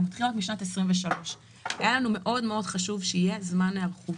הוא מתחיל רק בשנת 2023. היה לנו מאוד חשוב שיהיה זמן היערכות